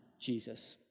Jesus